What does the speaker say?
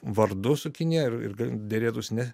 vardu su kinija ir gal derėtųsi ne